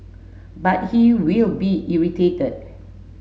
but he will be irritated